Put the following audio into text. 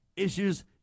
issues